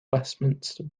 westminster